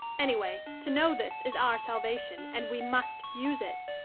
anyway, to know this is our salvation, and we must use it.